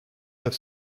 neuf